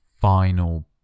final